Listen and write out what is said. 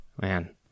man